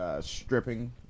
Stripping